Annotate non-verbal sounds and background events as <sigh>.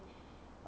<breath>